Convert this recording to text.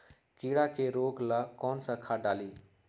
कीड़ा के रोक ला कौन सा खाद्य डाली?